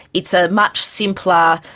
it's a much simpler,